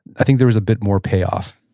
i think there was a bit more payoff